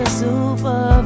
Super